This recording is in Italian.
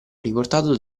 riportato